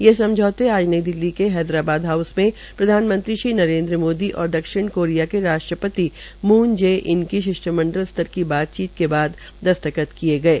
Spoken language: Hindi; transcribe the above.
ये सम्झौते आज नई दिल्ली के हैदराबाद हाउस में प्रधानमंत्री श्री नरेनद्र मोदी और दक्षिणी कोरिया के राष्ट्रपति मून जे इन की शिष्टमंडल स्तर की बातचीत के बाद दस्तखत किये गये